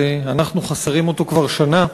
שאנחנו חסרים אותו כבר שנה.